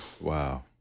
Wow